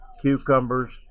cucumbers